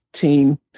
team